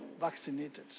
vaccinated